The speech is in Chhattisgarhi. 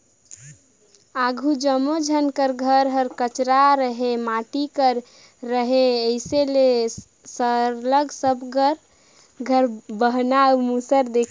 आघु जम्मो झन कर घर हर कच्चा रहें माटी कर रहे अइसे में सरलग सब कर घरे बहना अउ मूसर देखे ले पाते